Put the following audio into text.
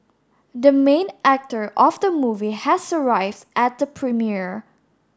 the main actor of the movie has arrive at the premiere